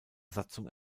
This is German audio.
satzung